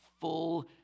full